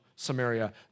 Samaria